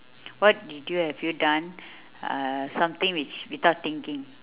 what did you have you done uh something which without thinking